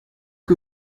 que